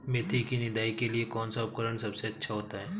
मेथी की निदाई के लिए कौन सा उपकरण सबसे अच्छा होता है?